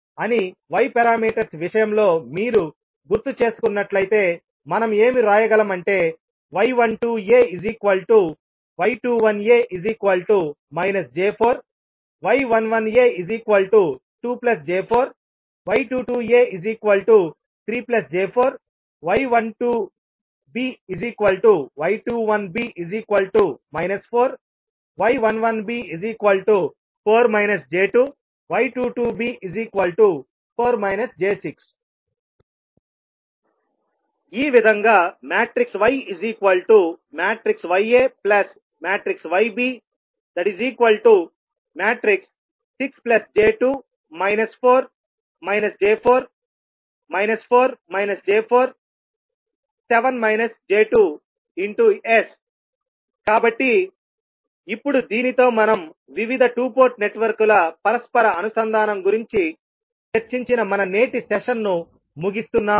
అని Y parameters విషయంలో మీరు గుర్తు చేసుకున్నట్లయితే మనం ఏం వ్రాయగలం అంటే y12ay21a j4y11a2j4y22a3j4 y12by21b 4y11b4 j2y22b4 j6 ఈ విధంగా yyayb6j2 4 j4 4 j4 7 j2 S కాబట్టి ఇప్పుడు దీనితో మనం వివిధ 2 పోర్టు నెట్వర్క్ల పరస్పర అనుసంధానం గురించి చర్చించిన మన నేటి సెషన్ను ముగిస్తున్నాము